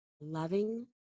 loving